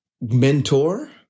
mentor